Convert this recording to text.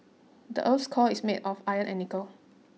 the earth's core is made of iron and nickel